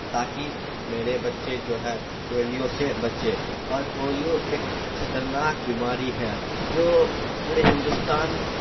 تاکہ میرے بچے جو ہے پولیو سے بچے اور پولیو ایک خطرناک بیماری ہے جو پورے ہندوستان